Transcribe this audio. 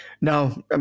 no